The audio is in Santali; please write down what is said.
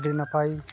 ᱟᱹᱰᱤ ᱱᱟᱯᱟᱭ